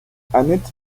annette